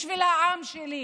בשביל העם שלי.